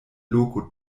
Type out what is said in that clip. loko